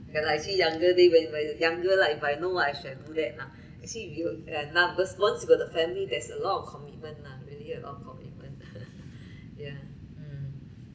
when I see younger day when when the younger lah if I know what I should do that lah actually you ya now because once you got a family there's a lot of commitment lah really a lot commitment ya mm